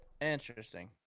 Interesting